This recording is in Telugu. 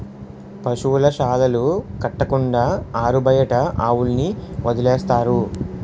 పశువుల శాలలు కట్టకుండా ఆరుబయట ఆవుల్ని వదిలేస్తారు